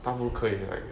他不可以 like